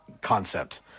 concept